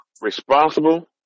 responsible